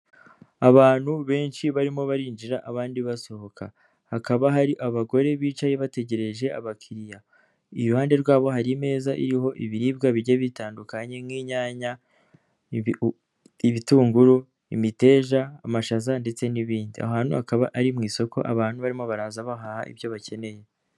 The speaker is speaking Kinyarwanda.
Abantu benshi barimo barinjira abandi basohoka, hakaba hari abagore bicaye bategereje abakiriya, iruhande rwabo hari meza iriho ibiribwa bijyiye bitandukanye nk'inyanya, ibitunguru, imiteja, amashaza ndetse n'ibindi ahantu hakaba ari mu isoko abantu barimo baraza bahaha ibyo bakeneye.